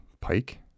pike